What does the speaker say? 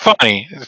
funny